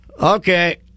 Okay